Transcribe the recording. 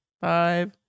five